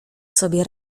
sobie